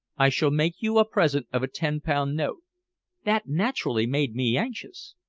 i shall make you a present of a ten-pound note that naturally made me anxious.